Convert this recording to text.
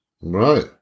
Right